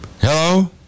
Hello